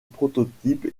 prototype